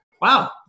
Wow